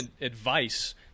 advice